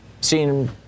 seeing